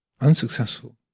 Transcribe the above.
unsuccessful